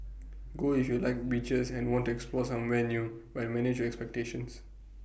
go if you like beaches and want to explore somewhere new but manage your expectations